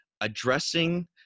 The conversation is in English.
addressing